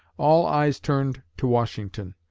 all eyes turned to washington.